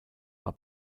war